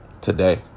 Today